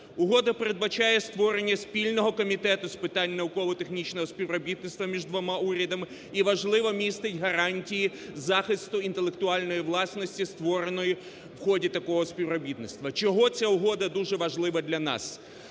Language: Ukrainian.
Угода передбачає створення спільного Комітету з питань науково-технічного співробітництва між двома урядами і, важливо, містить гарантії захисту інтелектуальної власності створеної вході такого співробітництва. Чого ця угода дуже важлива для нас?